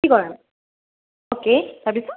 কি কৰা অ'কে তাৰ পিছত